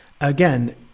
again